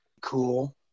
cool